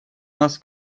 нас